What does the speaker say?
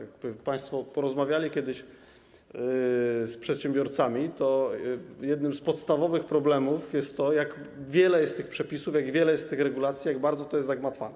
Jakby państwo porozmawiali kiedyś z przedsiębiorcami, to jednym z podstawowych problemów jest to, jak wiele jest tych przepisów, jak wiele jest tych regulacji, jak bardzo to jest zagmatwane.